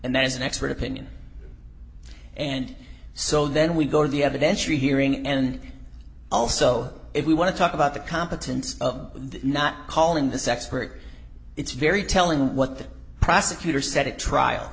and that is an expert opinion and so then we go to the evidence you hearing and also if we want to talk about the competence of not calling this expert it's very telling what the prosecutor said at trial